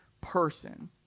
person